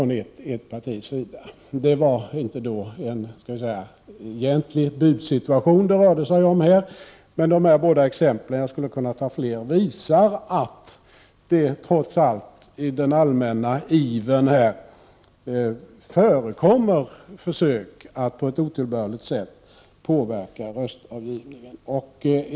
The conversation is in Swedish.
I det här fallet rörde det sig inte om någon egentlig valsituation. Dessa båda exempel, jag skulle kunna ta flera, visar att det trots allt i den allmänna ivern förekommer försök att på ett otillbörligt sätt påverka I röstavgivningen.